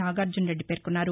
నాగార్జన రెడ్డి పేర్కొన్నారు